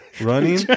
running